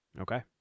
Okay